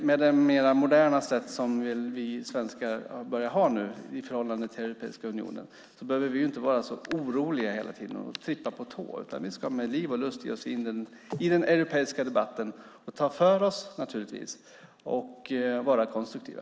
Med det mer moderna sätt som vi svenskar har nu i förhållande till Europeiska unionen behöver vi inte vara så oroliga hela tiden och trippa på tå. Vi ska med liv och lust ge oss in i den europeiska debatten, ta för oss och vara konstruktiva.